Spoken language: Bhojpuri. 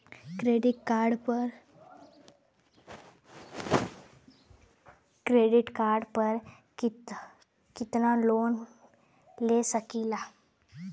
क्रेडिट कार्ड पर कितनालोन ले सकीला?